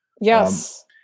Yes